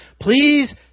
please